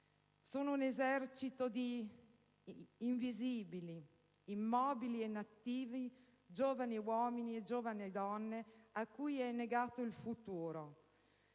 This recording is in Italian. Sono un esercito di invisibili, immobili e inattivi giovani uomini e giovani donne a cui è negato il futuro,